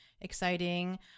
exciting